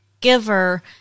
giver